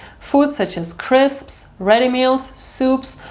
foods such as crisps, ready meals, soups,